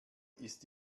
ist